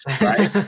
Right